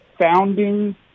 founding